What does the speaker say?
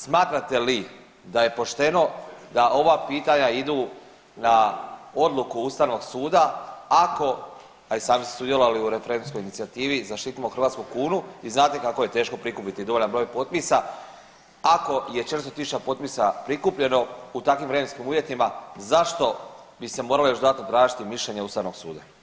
Smatrate li da je pošteno da ova pitanja idu na odluku Ustavnog suda ako, a i sami ste sudjelovali u referendumskoj inicijativi „Zaštitimo hrvatsku kunu“ i znate kako je teško prikupiti dovoljan broj potpisa, ako je 400 tisuća potpisa prikupljeno u takvim vremenskim uvjetima zašto bi se moralo još dodatno tražiti mišljenje Ustavnog suda?